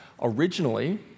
Originally